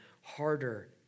harder